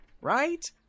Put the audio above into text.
right